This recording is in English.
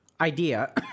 idea